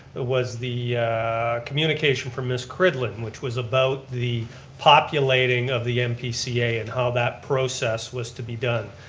it was the communication from ms. cridlin which was about the populating of the npca and how that process was to be done.